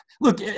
look